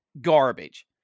Garbage